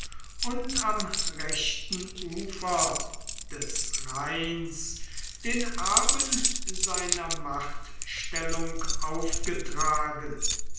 und am rechten ufer des rheins den erben seiner machtstellung aufgetragen